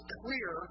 clear